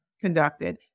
conducted